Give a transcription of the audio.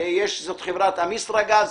זאת חברת אמישראגז,